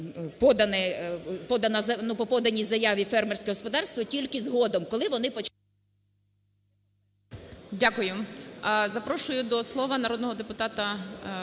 Дякую.